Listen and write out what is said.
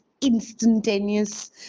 instantaneous